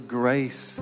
grace